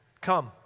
come